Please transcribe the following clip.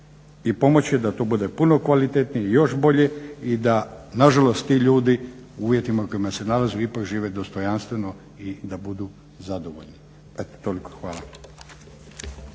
I pomoći da to bude puno kvalitetnije i još bolje i da nažalost ti ljudi u uvjetima u kojima se nalaze ipak žive dostojanstveno i da budu zadovoljni. Eto toliko, hvala.